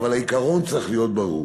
אבל העיקרון צריך להיות ברור.